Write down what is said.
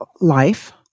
life